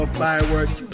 fireworks